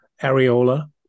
Areola